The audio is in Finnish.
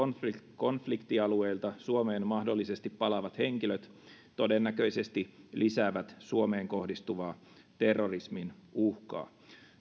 konfliktialueilta suomeen mahdollisesti palaavat henkilöt todennäköisesti lisäävät suomeen kohdistuvaa terrorismin uhkaa